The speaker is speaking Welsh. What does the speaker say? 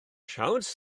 siawns